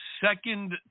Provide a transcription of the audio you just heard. second